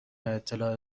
اطلاع